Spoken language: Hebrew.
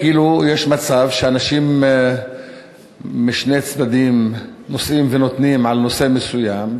כאילו יש מצב שאנשים משני צדדים נושאים ונותנים על נושא מסוים,